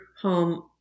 home